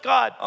God